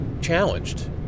challenged